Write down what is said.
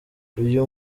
uyu